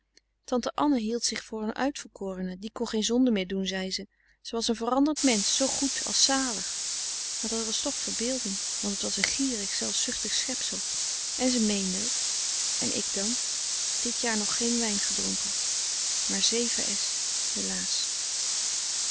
tante anne hield zich voor een uitverkorene frederik van eeden van de koele meren des doods die kon geen zonde meer doen zei ze ze was een veranderd mensch zoo goed als zalig maar dat was toch verbeelding want het was een gierig zelfzuchtig schepsel en ze meende het en ik dan dit jaar nog geen wijn gedronken